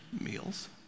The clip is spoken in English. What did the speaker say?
meals